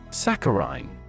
Saccharine